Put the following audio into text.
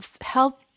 help